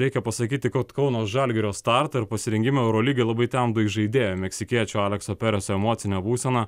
reikia pasakyti kad kauno žalgirio startą ir pasirengimą eurolygai labai temdo įžaidėjo meksikiečio alekso pereso emocinė būsena